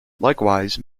likewise